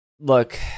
Look